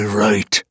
right